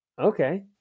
okay